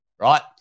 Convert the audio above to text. right